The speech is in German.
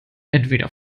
entweder